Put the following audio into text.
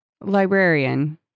librarian